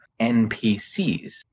NPCs